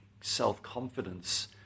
self-confidence